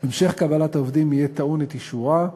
המשך קבלת העובדים יהיה טעון את אישורה,